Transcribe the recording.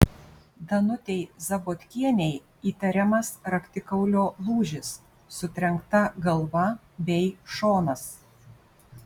danutei zabotkienei įtariamas raktikaulio lūžis sutrenkta galva bei šonas